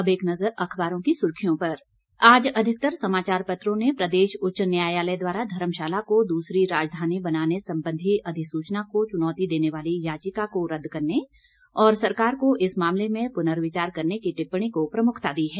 अब एक नजर अखबारों की सुर्खियों पर आज अधिकतर समाचार पत्रों ने उच्च न्यायालय द्वारा धर्मशाला को दूसरी राजधानी बनाने संबंधी अधिसूचना को चुनौती देने वाली याचिका को रद्द करने और सरकार को इस मामले में पुनर्विचार करने की टिप्पणी को भी प्रमुखता दी है